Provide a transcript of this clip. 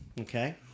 okay